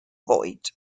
void